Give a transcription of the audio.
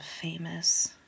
famous